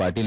Patil